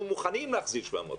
אנחנו מוכנים להחזיר 750,